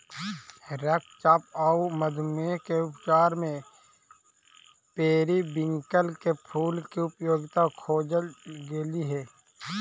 रक्तचाप आउ मधुमेह के उपचार में पेरीविंकल के फूल के उपयोगिता खोजल गेली हे